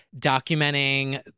documenting